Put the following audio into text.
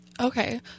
Okay